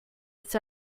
its